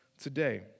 today